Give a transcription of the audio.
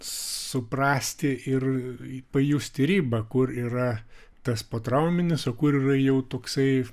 suprasti ir pajusti ribą kur yra tas potrauminis o kur yra jau toksai